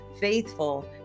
faithful